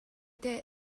their